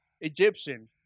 Egyptian